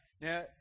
Now